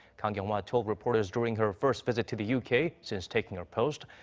kang kyung-hwa told reporters during her first visit to the u k. since taking her post.